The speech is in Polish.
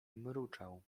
mruczał